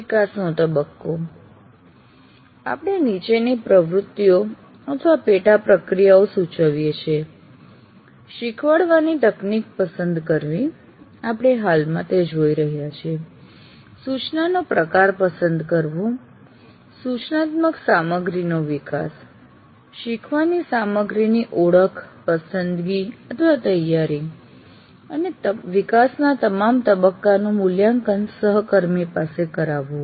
વિકાસનો તબક્કો આપણે નીચેની પ્રવૃત્તિઓ અથવા પેટા પ્રક્રિયાઓ સુચવીએ છીએ શીખવાડવાની તકનીક પસંદ કરવી આપણે હાલમાં તે જોઈ રહ્યા છીએ સૂચનાનો પ્રકાર પસંદ કરવો સૂચનાત્મક સામગ્રીનો વિકાસ શીખવાની સામગ્રીની ઓળખપસંદગીતૈયારી અને વિકાસના તમામ તબક્કાનું મૂલ્યાંકન સહકર્મી પાસે કરાવવું